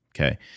okay